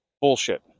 Bullshit